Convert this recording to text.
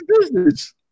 business